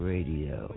Radio